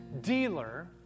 dealer